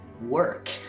work